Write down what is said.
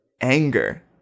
anger